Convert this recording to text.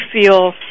feel